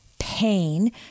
pain